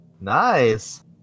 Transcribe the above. Nice